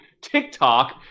TikTok